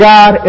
God